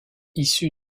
issu